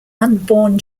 unborn